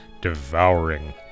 devouring